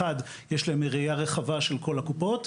הסיבה הראשונה היא שיש להם ראייה רחבה של כל הקופות,